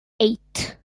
eight